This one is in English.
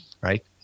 right